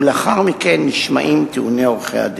ולאחר מכן נשמעים טיעוני עורכי-הדין.